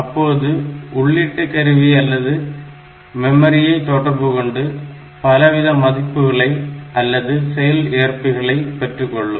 அப்போது உள்ளீட்டு கருவியை அல்லது மெமரியை தொடர்புகொண்டு பலவித மதிப்புகளை அல்லது செயல்ஏற்பிகளை பெற்றுக்கொள்ளும்